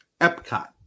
Epcot